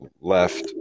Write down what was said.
left